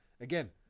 again